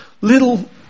little